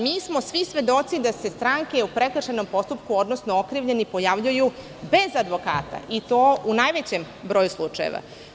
Mi smo svi svedoci da se stranke u prekršajnom postupku, odnosno okrivljeni pojavljuju bez advokata i to u najvećem broju slučajeva.